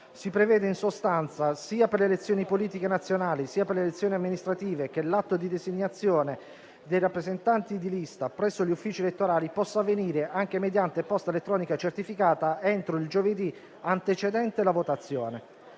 Si prevede, in sostanza, sia per le elezioni politiche nazionali, sia per le elezioni amministrative, che l'atto di designazione dei rappresentanti di lista presso gli uffici elettorali possa avvenire anche mediante posta elettronica certificata entro il giovedì antecedente la votazione.